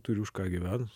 turiu už ką gyvent